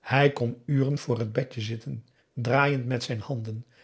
hij kon uren voor het bedje zitten draaiend met zijn handen